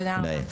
תודה.